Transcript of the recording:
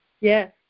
yes